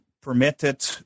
permitted